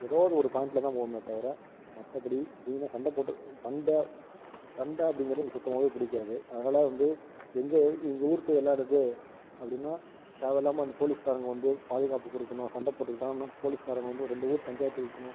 ஏதாவது ஒரு பாயிண்ட்டில் தான் போகுமே தவிர மற்றபடி வீணா சண்டை போட்டு சண்டை சண்டை அப்படிங்கிறது எங்களுக்கு சுத்தமாகவே பிடிக்காது அதனால் வந்து எங்கள் எங்கள் ஊர் போய் விளையாடுறது அப்படின்னா தேவையில்லாமல் வந்து போலிஸ்காரங்க வந்து பாதுகாப்பு கொடுக்கணும் சண்டை போட்டுக்கிட்டோம்னா போலிஸ்காரங்க வந்து இரண்டு ஊர் பஞ்சாயத்து வைக்கணும்